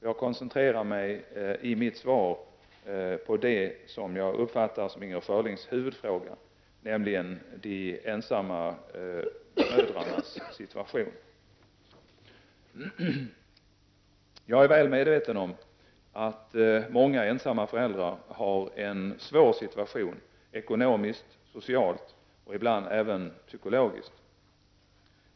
Jag koncentrerar mig i mitt svar på det som jag uppfattar som Inger Schörlings huvudfråga, nämligen de ensamma mödrarnas situation. Jag är väl medveten om att många ensamma föräldrar har en svår situation ekonomiskt, socialt och ibland även psykologiskt.